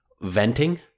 venting